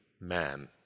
man